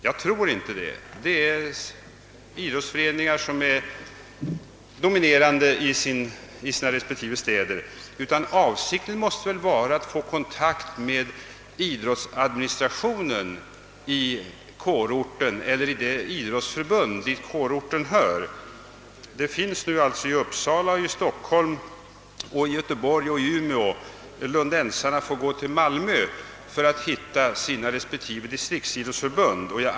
Jag tror inte det även om dessa idrottsföreningar är dominerande i sina respektive städer. Avsikten måste väl vara att få kontakt med idrottsadministrationen i det idrottsförbund dit kårorten hör. Sådan administration finns i Uppsala, Stockholm, Göteborg och Umeå, medan lundensarna får åka till Malmö för att hitta sitt distriktsidrottsförbund.